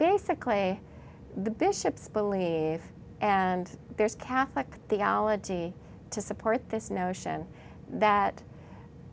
basically the bishops believe and there's catholic theology to support this notion that